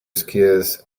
skiers